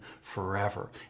forever